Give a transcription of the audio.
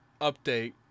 update